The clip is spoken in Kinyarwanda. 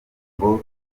ngo